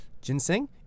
ginseng